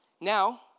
Now